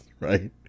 right